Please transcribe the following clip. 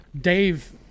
Dave